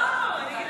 נתקבלה.